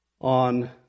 on